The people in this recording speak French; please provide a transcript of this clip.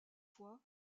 fois